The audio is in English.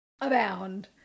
abound